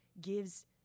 gives